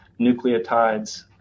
nucleotides